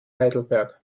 heidelberg